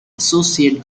associate